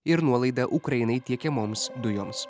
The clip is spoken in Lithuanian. ir nuolaidą ukrainai tiekiamoms dujoms